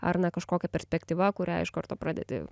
ar na kažkokia perspektyva kurią iš karto pradedi